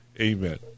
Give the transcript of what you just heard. Amen